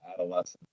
adolescence